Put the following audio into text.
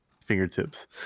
fingertips